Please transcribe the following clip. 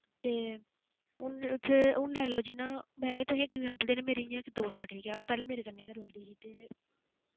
ते हून इत्थै हून लाई लाओ जि'यां मैं तुसें गी इक एक्साम्प्ल देनी मेरी इ'यां इक दोस्त ऐ ठीक ऐ ओह् पैह्ले मेरे कन्नै गै रौंह्दी ही ते